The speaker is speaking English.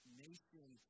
nation